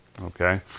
Okay